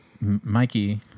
Mikey